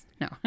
No